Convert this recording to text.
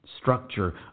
Structure